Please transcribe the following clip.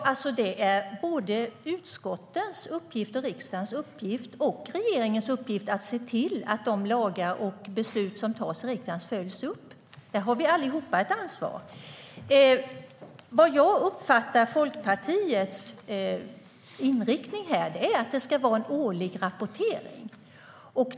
Herr talman! Det är såväl utskottens och riksdagens uppgift som regeringens uppgift att se till att de lagar och beslut som antas i riksdagen följs upp. Där har vi alla ett ansvar. Jag uppfattar att Folkpartiets inriktning är att det ska vara en årlig rapportering.